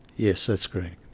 yes, that's correct.